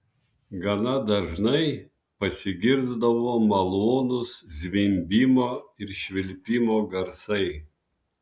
gana dažnai pasigirsdavo malonūs zvimbimo ir švilpimo garsai